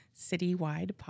citywide